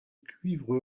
cuivre